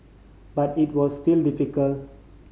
but it was still difficult